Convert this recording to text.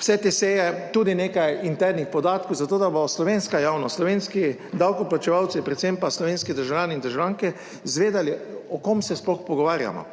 vse te seje, tudi nekaj internih podatkov, zato, da bo slovenska javnost, slovenski davkoplačevalci, predvsem pa slovenski državljani in državljanke, izvedeli, o kom se sploh pogovarjamo.